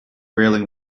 railing